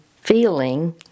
feeling